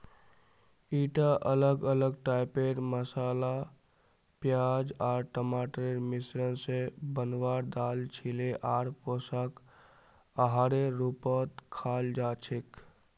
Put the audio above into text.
ईटा अलग अलग टाइपेर मसाला प्याज आर टमाटरेर मिश्रण स बनवार दाल छिके आर पोषक आहारेर रूपत खाल जा छेक